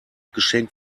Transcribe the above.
geschenk